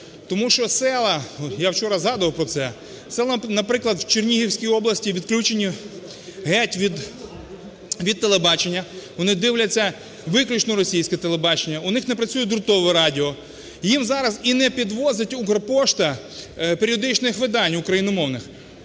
Тому що села, я вчора згадував про це, села, наприклад, в Чернігівській області відключені геть від телебачення. Вони дивляться виключно російське телебачення. У них не працює дротове радіо. Їм зараз і не підвозить "Укрпошта" періодичних видань україномовних.